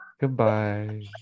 Goodbye